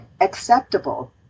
acceptable